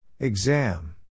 Exam